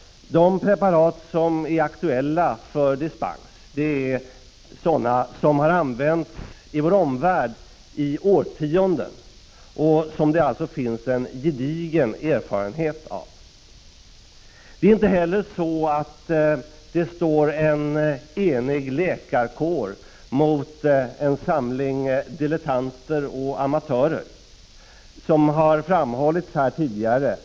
De preparat som är aktuella för dispens är sådana som har använts i vår omvärld i årtionden och som det alltså finns gedigen erfarenhet av. Det är inte heller så att det står en enig läkarkår mot en samling dilettanter och amatörer. Som har framhållits här tidigare är — Prot.